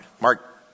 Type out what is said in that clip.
Mark